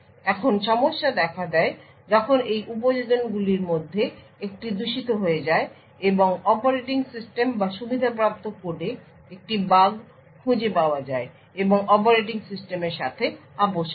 এখন সমস্যা দেখা দেয় যখন এই উপযোজনগুলির মধ্যে একটি দূষিত হয়ে যায় এবং অপারেশন সিস্টেম বা সুবিধাপ্রাপ্ত কোডে একটি বাগ খুঁজে পাওয়া যায় এবং অপারেটিং সিস্টেমের সাথে আপস করে